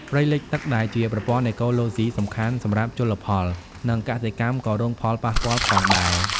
ព្រៃលិចទឹកដែលជាប្រព័ន្ធអេកូឡូស៊ីសំខាន់សម្រាប់ជលផល និងកសិកម្មក៏រងផលប៉ះពាល់ផងដែរ។